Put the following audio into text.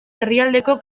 herrialdeko